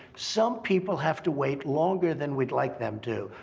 some people have to wait longer than we'd like them to.